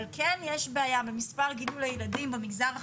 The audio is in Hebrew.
אבל כן יש בעיה במספר גידול הילדים במגזר,